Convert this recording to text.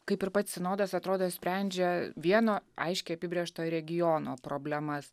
kaip ir pats sinodas atrodo sprendžia vieno aiškiai apibrėžto regiono problemas